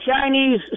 Chinese